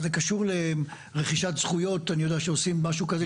זה קשור לרכישת זכויות שעושים משהו כזה.